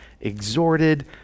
exhorted